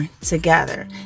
together